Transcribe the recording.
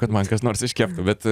kad man kas nors iškeptų bet